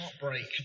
heartbreak